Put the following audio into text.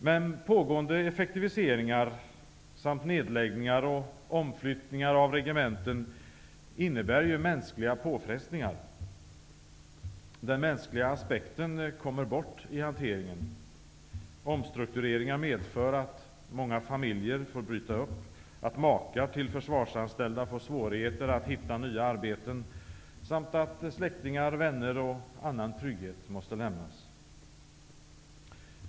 Men pågående effektiviseringar samt nedläggningar och omflyttningar av regementen innebär mänskliga påfrestningar. Den mänskliga aspekten kommer bort i hanteringen. Omstruktureringar medför att många familjer får bryta upp, att makar till försvarsanställda får svårigheter att hitta nya arbeten samt att släktingar, vänner och annan trygghet måste lämnas.